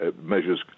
measures